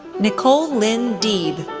nichole lynn deeb,